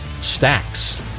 stacks